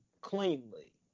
cleanly